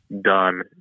done